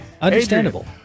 Understandable